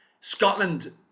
Scotland